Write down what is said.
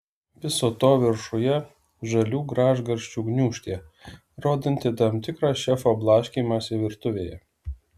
viso to viršuje žalių gražgarsčių gniūžtė rodanti tam tikrą šefo blaškymąsi virtuvėje